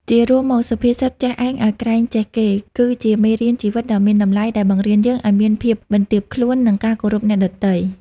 ជារួមមក សុភាសិត "ចេះឯងឲ្យក្រែងចេះគេ" គឺជាមេរៀនជីវិតដ៏មានតម្លៃ ដែលបង្រៀនយើងឲ្យមាន ភាពបន្ទាបខ្លួន និងការគោរពអ្នកដទៃ។